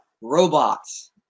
robots